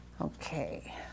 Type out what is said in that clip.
Okay